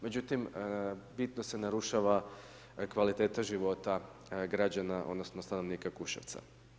Međutim, bitno se narušava kvaliteta života građana odnosno stanovnika Kuševca.